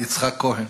יצחק כהן.